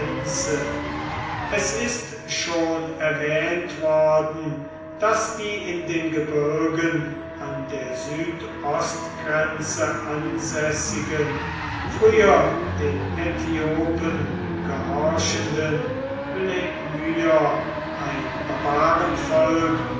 es ist schon erwähnt worden daß die in den gebirgen an der südostgrenze ansässigen früher den äthiopen gehorchenden blemyer ein